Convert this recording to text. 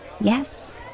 Yes